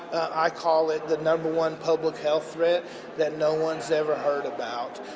i call it the number one public health threat that no one's ever heard about.